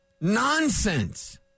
nonsense